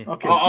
Okay